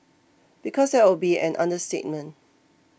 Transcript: because that would be an understatement